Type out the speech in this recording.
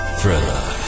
Thriller